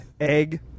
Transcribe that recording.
egg